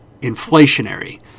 inflationary